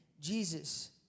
Jesus